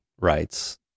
writes